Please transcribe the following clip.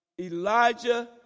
Elijah